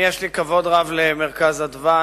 יש לי כבוד רב ל"מרכז אדוה",